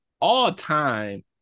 all-time